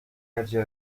نتیجه